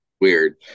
weird